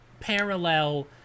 parallel